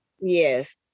Yes